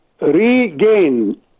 regain